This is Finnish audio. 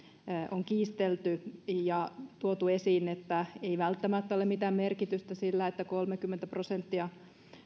on kiistelty ja on tuotu esiin että ei välttämättä ole mitään merkitystä sillä että kolmekymmentä prosenttia